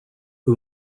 who